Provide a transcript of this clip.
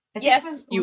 Yes